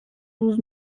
dos